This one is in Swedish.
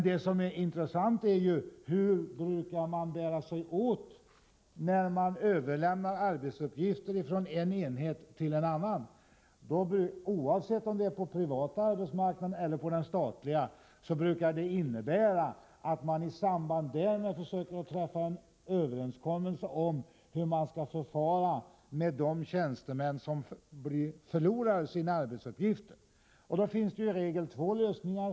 Det intressanta är hur man brukar bära sig åt när man överlämnar arbetsuppgifter från en enhet till en annan. Oavsett om det gäller den privata arbetsmarknaden eller den statliga brukar det innebära att man i samband därmed försöker träffa en överenskommelse om hur man skall förfara med de tjänstemän som förlorar sina arbetsuppgifter. Då finns det i regel två lösningar.